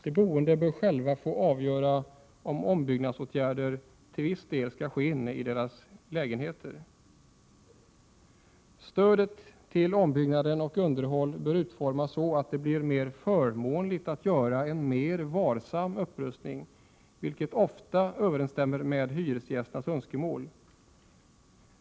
De boende bör själva få avgöra om ombyggnadsåtgärder till viss del skall ske inne i deras lägenheter. Stödet till ombyggnad och underhåll bör utformas så att det blir förmånligare att göra en mer varsam upprustning, vilket ofta överensstämmer med hyresgästernas önskemål.